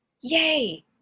yay